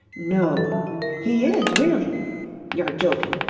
no he is, really you're joking.